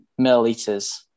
milliliters